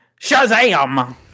Shazam